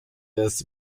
des